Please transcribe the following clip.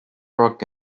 rock